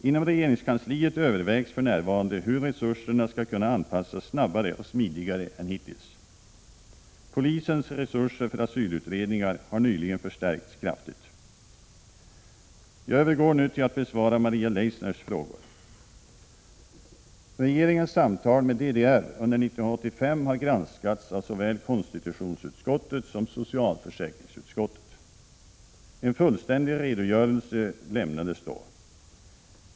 Inom regeringskansliet övervägs för närvarande hur resurserna skall kunna anpassas snabbare och smidigare än hittills. Polisens resurser för asylutredningar har nyligen förstärkts kraftigt. Jag övergår nu till att besvara Maria Leissners frågor. Regeringens samtal med DDR under 1985 har granskats av såväl konstitutionsutskottet som socialförsäkringsutskottet. En fullständig redogörelse lämnades då.